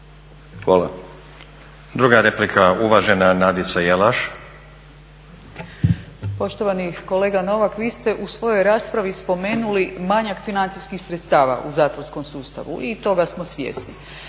uvažena Nadica Jelaš. **Jelaš, Nadica (SDP)** Poštovani kolega Novak, vi ste u svojoj raspravi spomenuli manjak financijskih sredstava u zatvorskom sustavu i toga smo svjesni,